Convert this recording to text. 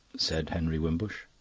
said henry wimbush.